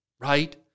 Right